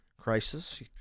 crisis